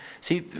See